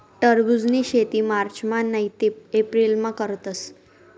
टरबुजनी शेती मार्चमा नैते एप्रिलमा करतस